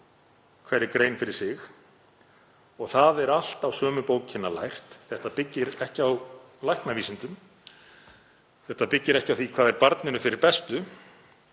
hverri grein fyrir sig og það er allt á sömu bókina lært. Þetta byggist ekki á læknavísindum, þetta byggist ekki á því hvað er barninu fyrir bestu,